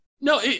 No